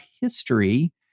history